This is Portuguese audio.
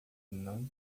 não